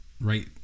right